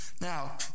Now